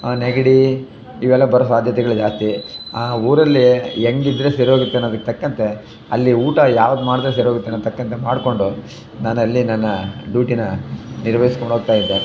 ನೆಗಡಿ ಇವೆಲ್ಲ ಬರೋ ಸಾಧ್ಯತೆಗಳು ಜಾಸ್ತಿ ಆ ಊರಲ್ಲಿ ಹೆಂಗಿದ್ರೆ ಸರಿ ಹೋಗುತ್ತೆ ಅನ್ನೋದಕ್ಕೆ ತಕ್ಕಂತೆ ಅಲ್ಲಿ ಊಟ ಯಾವ್ದು ಮಾಡಿದ್ರೆ ಸರಿ ಹೋಗುತ್ತೆ ಅನ್ನೋದಕ್ಕೆ ತಕ್ಕಂತೆ ಮಾಡಿಕೊಂಡು ನಾನಲ್ಲಿ ನನ್ನ ಡ್ಯೂಟಿನ ನಿರ್ವಹಿಸ್ಕೊಂಡೋಗ್ತಾಯಿದ್ದೆ